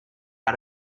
out